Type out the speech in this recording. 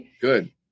Good